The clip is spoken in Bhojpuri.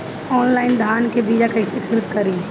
आनलाइन धान के बीया कइसे खरीद करी?